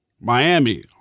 Miami